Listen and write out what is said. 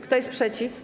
Kto jest przeciw?